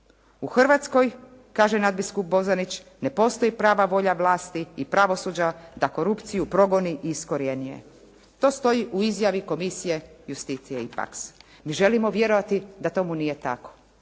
U Hrvatskoj kaže nadbiskup Bozanić, ne postoji prava volja vlasti i pravosuđa da korupciju progoni i iskorijeni je. To stoji u izjavi Komisije iusticie i pax. Mi želimo vjerovati da tomu nije tako,